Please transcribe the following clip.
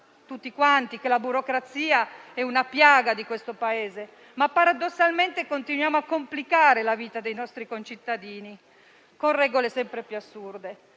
sul fatto che la burocrazia sia una piaga di questo Paese, ma paradossalmente continuiamo a complicare la vita dei nostri concittadini con regole sempre più assurde